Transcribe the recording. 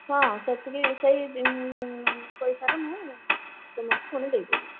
ହଁ ସେତିକି ସେଇ ପଇସାର ମୁଁ ତୁମକୁ ପୁଣି ଦେଇଦେବି